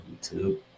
YouTube